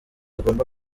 agomba